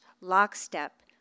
lockstep